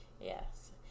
Yes